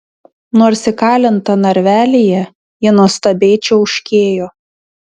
nors įkalinta narvelyje ji nuostabiai čiauškėjo